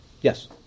Yes